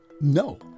no